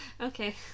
Okay